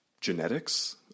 genetics